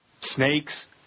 snakes